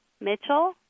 Mitchell